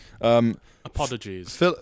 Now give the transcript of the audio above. Apologies